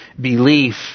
belief